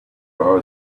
bar